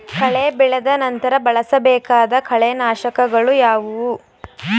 ಕಳೆ ಬೆಳೆದ ನಂತರ ಬಳಸಬೇಕಾದ ಕಳೆನಾಶಕಗಳು ಯಾವುವು?